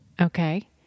Okay